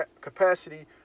capacity